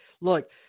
look